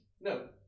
No